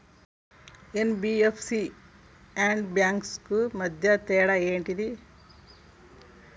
NBFC and banks కు మధ్య తేడా ఏంటిది?